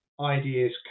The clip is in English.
ideas